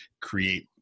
create